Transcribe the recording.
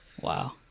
Wow